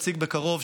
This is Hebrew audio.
שנציג בקרוב,